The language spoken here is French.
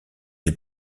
des